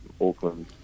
Auckland